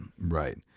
Right